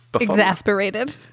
exasperated